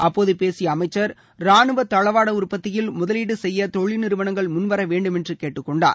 அப்போது பேசிய அமைச்சர் ரானுவ தளவாட உற்பத்தியில் முதலீடு செய்ய தொழில் நிறுவனங்கள் முன்வர வேண்டும் என்று கேட்டுக்கொண்டார்